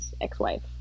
ex-wife